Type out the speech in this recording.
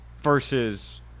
Versus